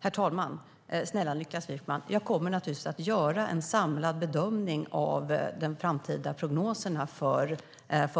Herr talman! Snälla Niklas Wykman! Jag kommer naturligtvis att göra en samlad bedömning av de framtida prognoserna för